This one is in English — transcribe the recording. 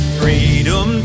freedom